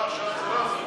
מה עכשיו?